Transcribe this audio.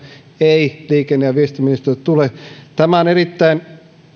ei liikenne ja viestintäministeriöltä tule tämä on erittäin